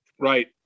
right